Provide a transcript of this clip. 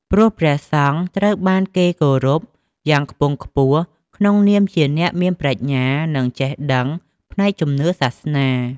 ព្រោះព្រះសង្ឃត្រូវបានគេគោរពយ៉ាងខ្ពង់ខ្ពស់ក្នុងនាមជាអ្នកមានប្រាជ្ញា និងចេះដឹងផ្នែកជំនឿសាសនា។